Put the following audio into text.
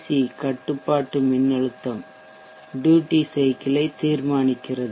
C கட்டுப்பாட்டு மின்னழுத்தம் duty cycle ஐ தீர்மானிக்கிறது